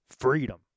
freedom